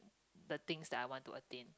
the things that I want to attain